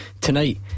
tonight